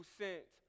sent